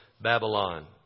Babylon